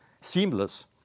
seamless